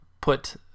put